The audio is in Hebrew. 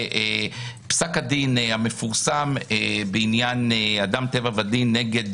בפסק הדין המפורסם בעניין אדם טבע ודין נגד